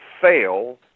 fail